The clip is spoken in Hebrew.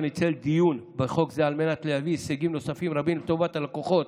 שניצל דיון בחוק זה על מנת להביא הישגים נוספים ורבים לטובת הלקוחות,